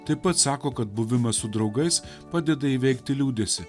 taip pat sako kad buvimas su draugais padeda įveikti liūdesį